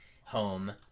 home